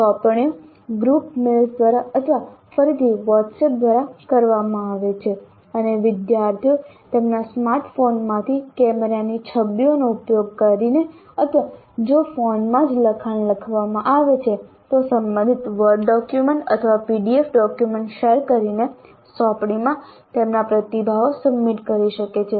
સોંપણી group mails દ્વારા અથવા ફરીથી વોટ્સએપ દ્વારા કરવામાં આવે છે અને વિદ્યાર્થીઓ તેમના સ્માર્ટફોનમાંથી કેમેરાની છબીઓનો ઉપયોગ કરીને અથવા જો ફોનમાં જ લખાણ લખવામાં આવે છે તો સંબંધિત વર્ડ ડોક્યુમેન્ટ અથવા પીડીએફ ડોક્યુમેન્ટ શેર કરીને સોંપણીમાં તેમના પ્રતિભાવો સબમિટ કરી શકે છે